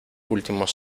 últimos